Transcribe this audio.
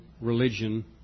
religion